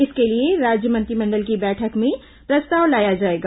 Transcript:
इसके लिए राज्य मंत्रिमंडल की बैठक में प्रस्ताव लाया जाएगा